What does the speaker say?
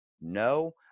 No